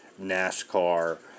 NASCAR